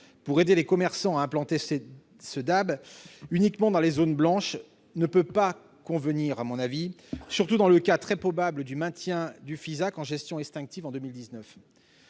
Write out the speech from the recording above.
pour aider les commerçants à implanter ces DAB, et ce uniquement dans les zones blanches, ne peut pas convenir, surtout dans le cas très probable du maintien du FISAC en gestion extinctive en 2019.